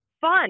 Fun